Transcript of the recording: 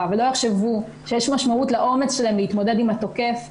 ולא יחשבו שיש משמעות לאומץ שלהן להתמודד עם התוקף,